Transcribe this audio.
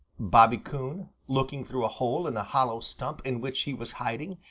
bobby coon, looking through a hole in a hollow stump in which he was hiding,